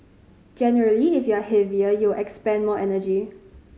generally if you're heavier you'll expend more energy